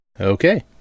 Okay